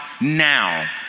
now